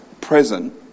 present